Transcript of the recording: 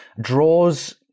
Draws